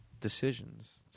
decisions